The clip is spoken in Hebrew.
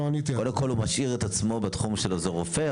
קודם כל הוא משאיר את עצמו בתחום של עוזר רופא,